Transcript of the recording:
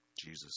Jesus